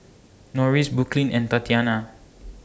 Norris Brooklynn and Tatyana